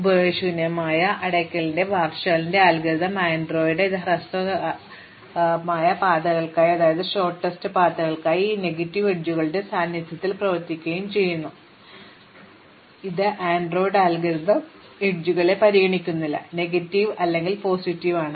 ഉപയോഗയോഗ്യമായ അടയ്ക്കലിനുള്ള വാർഷലിന്റെ algorithm android ഇത് ഹ്രസ്വമായ പാതകളായി സാമാന്യവൽക്കരിക്കുകയും നെഗറ്റീവ് അരികുകളുടെ സാന്നിധ്യത്തിൽ പ്രവർത്തിക്കുകയും ചെയ്യുന്നു ഇത് പ്രശ്നമല്ല ആൻഡ്രോയിഡ് അൽഗോരിതം അരികുകളെ പരിഗണിക്കുന്നില്ല നെഗറ്റീവ് അല്ലെങ്കിൽ പോസിറ്റീവ് ആണ്